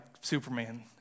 Superman